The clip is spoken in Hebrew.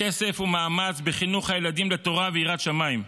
כסף ומאמץ בחינוך הילדים לתורה ויראת שמים,